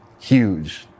huge